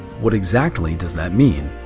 what exactly does that mean?